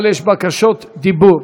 אבל יש בקשות דיבור.